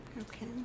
Okay